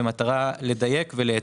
במטרה לדייק ולהיטיב.